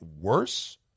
worse